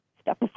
step